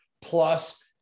plus